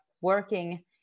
working